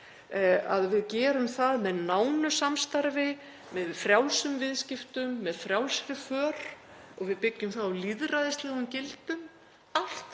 að við gerum það með nánu samstarfi, með frjálsum viðskiptum, með frjálsri för og við byggjum það á lýðræðislegum gildum. Allt